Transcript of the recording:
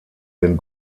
den